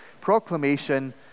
proclamation